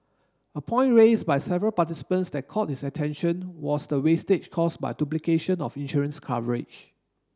a point raised by several participants that caught his attention was the wastage caused by duplication of insurance coverage